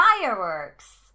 fireworks